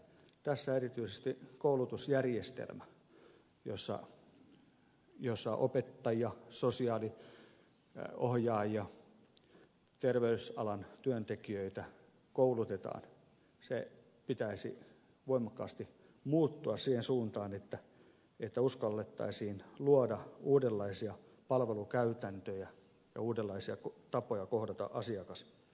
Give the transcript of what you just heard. tässä erityisesti koulutusjärjestelmän jossa opettajia sosiaaliohjaajia terveysalan työntekijöitä koulutetaan pitäisi voimakkaasti muuttua siihen suuntaan että uskallettaisiin luoda uudenlaisia palvelukäytäntöjä ja uudenlaisia tapoja kohdata asiakas